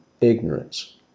ignorance